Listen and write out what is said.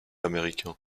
américains